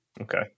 Okay